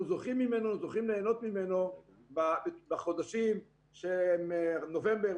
זוכים ליהנות ממנו בחודשים נובמבר,